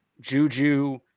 Juju